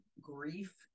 grief